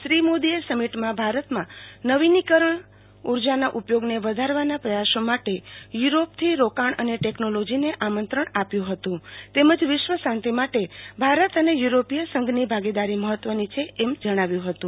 શ્રી મોદીએ સમીટમાં ભારતમાં નવીનીકરણીય ઉર્જાના ઉપયોગને વધારવાના પ્રયાસો માટે યુરોપથી રોકાણ અને ટેકનોલોજીને આમંત્રણ આપ્યું હતું તેમજ વિશ્વ શાંતિ માટે ભારત અને યુરોપીય સંઘની ભાગીદારી મહત્વની છે એમ જણાવ્યું હતું